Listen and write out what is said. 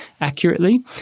accurately